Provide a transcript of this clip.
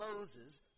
Moses